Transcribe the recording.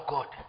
God